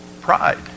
Pride